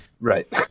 Right